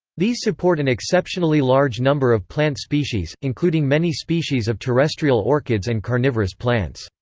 these support an exceptionally large number of plant species, including many species of terrestrial orchids and carnivorous plants.